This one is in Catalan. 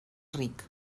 ric